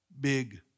big